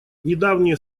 недавние